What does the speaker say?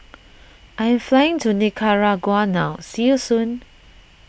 I am flying to Nicaragua now see you soon